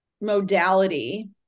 modality